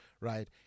right